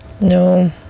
No